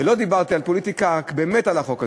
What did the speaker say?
ולא דיברתי על פוליטיקה, רק באמת על החוק הזה.